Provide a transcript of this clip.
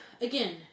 Again